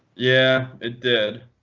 yeah, it did.